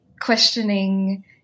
questioning